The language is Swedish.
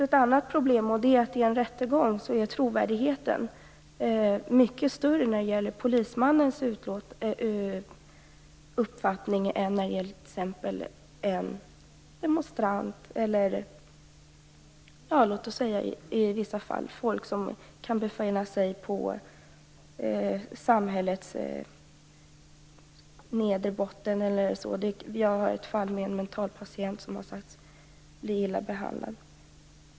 Ett annat problem är att i en rättegång är trovärdigheten mycket större när det gäller polismannens uppfattning än när det gäller t.ex. en demonstrant eller i vissa fall människor som kan befinna sig i samhällets nedre del. Jag känner till ett fall med en mentalpatient som har sagt sig bli illa behandlad.